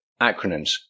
Acronyms